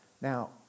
Now